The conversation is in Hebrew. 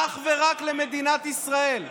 אך ורק למדינת ישראל.